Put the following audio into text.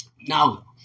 Now